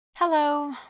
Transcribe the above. Hello